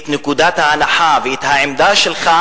את נקודת ההנחה ואת העמדה שלך,